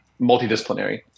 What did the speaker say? multidisciplinary